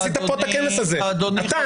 אתה עשית פה את הכנס הזה אתה,